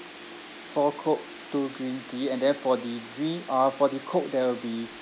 four coke two green tea and then for the gree~ uh for the coke that will be